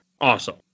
Awesome